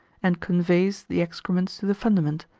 and conveys the excrements to the fundament,